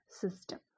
system